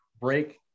break